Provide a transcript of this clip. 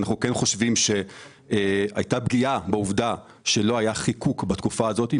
אנחנו חושבים שהייתה פגיעה מכיוון שלא היה חיקוק בתקופה הזאת.